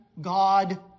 God